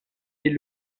est